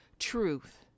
Truth